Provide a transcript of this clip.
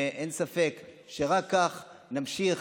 אין ספק שרק כך נמשיך,